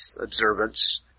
observance